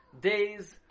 days